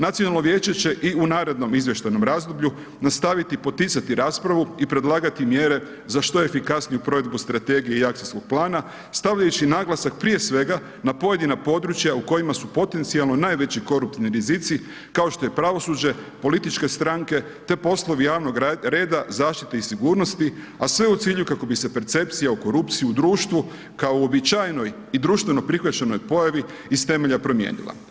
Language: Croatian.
Nacionalno vijeće će i u narednom izvještajnom razdoblju, nastaviti poticati raspravu i predlagati mjere za što efikasniju provedbu strategiju i akcijskog plana, stavljajući naglasak prije svega, na pojedina područja, u kojima su potencijalno najveći koruptivni rizici, kao što je pravosuđe, političke stranke te poslovi javnog reda, zaštite i sigurnosti, a sve u cilju kako bi se percepcija o korupciji u društvu kao uobičajenoj i društvenoj prihvaćenoj pojavi iz temelja promijenila.